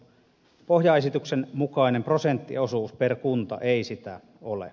pohjaesityksen mukainen prosenttiosuus per kunta ei sitä ole